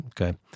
Okay